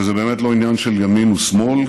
וזה באמת לא עניין של ימין ושמאל.